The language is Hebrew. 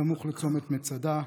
סמוך לצומת מצדה.